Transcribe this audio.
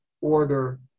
order